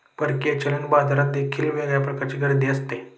परकीय चलन बाजारात देखील वेगळ्या प्रकारची गर्दी असते